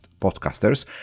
podcasters